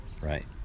right